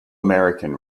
american